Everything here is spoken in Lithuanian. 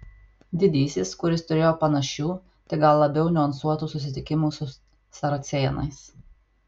didysis kuris turėjo panašių tik gal labiau niuansuotų susitikimų su saracėnais